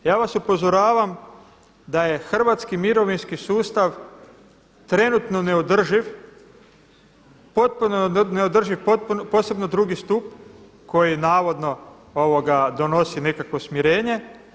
Ja vas upozoravam da je Hrvatski mirovinski sustav trenutno neodrživ, potpuno neodrživ, posebno drugi stup koji navodno donosi nekakvo smirenje.